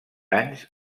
anys